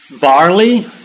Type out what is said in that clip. Barley